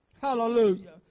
Hallelujah